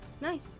nice